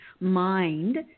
mind